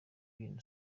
bintu